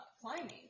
climbing